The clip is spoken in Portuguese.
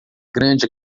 grande